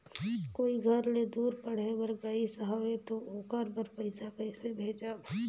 कोई घर ले दूर पढ़े बर गाईस हवे तो ओकर बर पइसा कइसे भेजब?